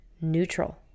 neutral